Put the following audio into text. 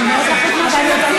אני אומרת לך מה הוא מציע.